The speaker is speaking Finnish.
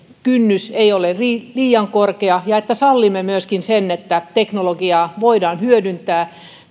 kynnys ei ole liian korkea ja että sallimme myöskin sen että teknologiaa voidaan hyödyntää